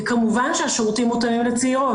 כמובן שהשירותים מותאמים לצעירות.